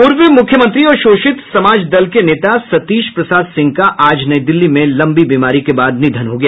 पूर्व मुख्यमंत्री और शोषित समाज दल के नेता सतीश प्रसाद सिंह का आज नई दिल्ली में लंबी बीमारी के बाद निधन हो गया